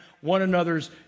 one-anothers